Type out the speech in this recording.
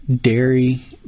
dairy